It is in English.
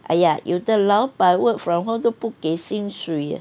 !aiya! 有的老板 work from home 都不给薪水的